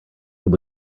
will